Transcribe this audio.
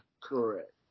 Correct